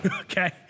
Okay